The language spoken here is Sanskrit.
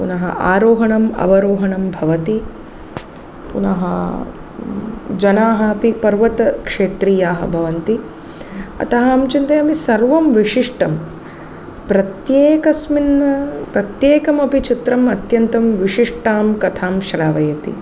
पुनः आरोहणम् अवरोहणं भवति पुनः जनाः अपि पर्वतक्षेत्रीयाः भवन्ति अतः अहं चिन्तयामि सर्वं विशिष्टं प्रत्येकस्मिन् प्रत्येकमपि चित्रम् अत्यन्तं विशिष्टां कथां श्रावयति